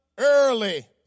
Early